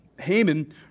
Haman